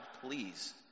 please